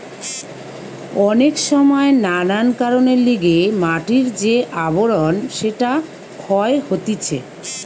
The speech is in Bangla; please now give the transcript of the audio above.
অনেক সময় নানান কারণের লিগে মাটির যে আবরণ সেটা ক্ষয় হতিছে